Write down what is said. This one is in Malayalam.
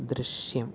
ദൃശ്യം